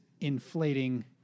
inflating